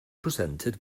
presented